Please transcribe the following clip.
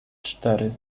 cztery